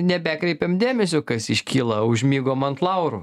nebekreipėm dėmesio kas iškyla užmigom ant laurų